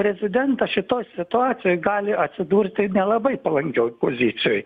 prezidentas šitoj situacijoj gali atsidurti nelabai palankioj pozicijoj